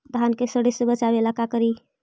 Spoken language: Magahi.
धान के सड़े से बचाबे ला का करि?